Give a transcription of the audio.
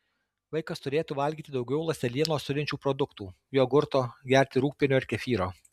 vaikas turėtų valgyti daugiau ląstelienos turinčių produktų jogurto gerti rūgpienio ir kefyro